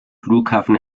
flughafen